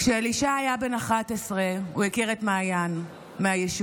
כשאלישע היה בן 11 הוא הכיר את מעיין מהיישוב,